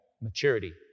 Maturity